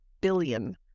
billion